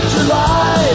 July